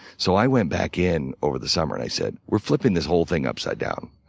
so i went back in over the summer and i said, we're flipping this whole thing upside down.